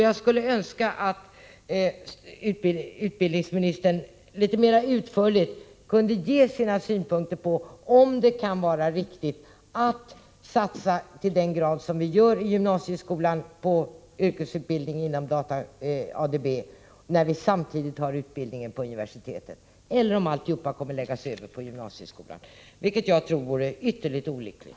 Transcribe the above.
Jag skulle önska att utbildningsministern litet mera utförligt kunde anföra sina synpunkter på om det kan vara riktigt att satsa till den grad som vi gör i gymnasieskolan på yrkesutbildning inom ADB när vi samtidigt har utbildningen på universitet, eller om alltsammans kommer att läggas över på gymnasieskolan, vilket jag tror vore ytterligt olyckligt.